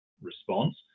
response